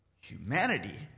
humanity